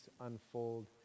unfold